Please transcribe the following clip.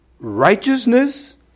righteousness